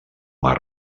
mar